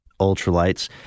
ultralights